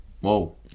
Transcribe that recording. whoa